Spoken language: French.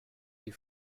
des